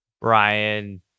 Brian